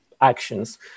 actions